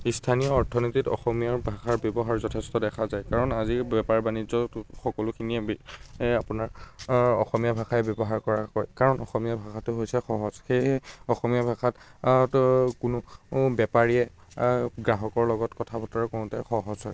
স্থানীয় অৰ্থনীতিত অসমীয়াৰ ভাষাৰ ব্যৱহাৰ যথেষ্ট দেখা যায় কাৰণ আজিৰ বেপাৰ বাণিজ্যত সকলোখিনিয়ে আপোনাৰ অসমীয়া ভাষাই ব্যৱহাৰ কৰা হয় কাৰণ অসমীয়া ভাষাটো হৈছে সহজ সেয়েহে অসমীয়া ভাষাত কোনো বেপাৰীয়ে গ্ৰাহকৰ লগত কথা বতৰা হওঁতে সহজ হয়